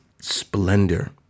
splendor